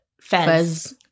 fence